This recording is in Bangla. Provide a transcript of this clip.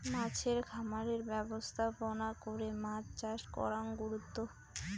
মাছের খামারের ব্যবস্থাপনা করে মাছ চাষ করাং গুরুত্ব